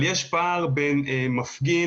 פער בין מפגין,